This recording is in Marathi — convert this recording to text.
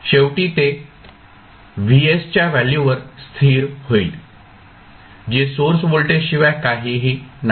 शेवटी ते Vs च्या व्हॅल्यूवर स्थिर होईल जे सोर्स व्होल्टेज शिवाय काहीही नाही